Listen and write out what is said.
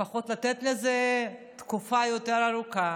לפחות לתת לזה תקופה יותר ארוכה